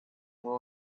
will